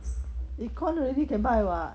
econ already can buy [what]